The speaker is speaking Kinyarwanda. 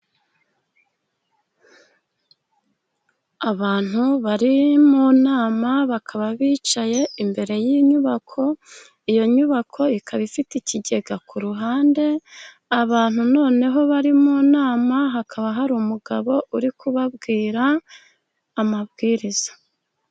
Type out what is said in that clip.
Abantu bari mu nama bakaba bicaye imbere y'inyubako. Iyo nyubako ikaba ifite ikigega ku ruhande. Abantu noneho bari mu nama hakaba hari umugabo uri kubabwira amabwiriza.